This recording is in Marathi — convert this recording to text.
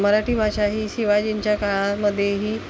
मराठी भाषा ही शिवाजींच्या काळामध्येही